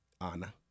Anna